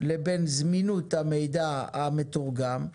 לבין זמינות המידע המתורגם,